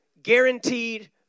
Guaranteed